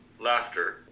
laughter